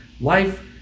life